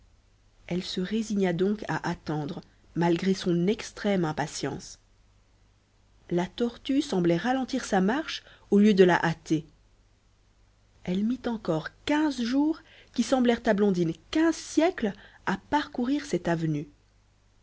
elle se résigna donc à attendre malgré son extrême impatience la tortue semblait ralentir sa marche au lieu de la hâter elle mit encore quinze jours qui semblèrent à blondine quinze siècles à parcourir cette avenue